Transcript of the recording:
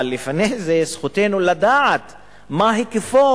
אבל לפני זה זכותנו לדעת מה ההיקף,